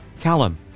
Callum